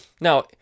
Now